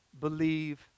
believe